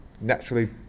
naturally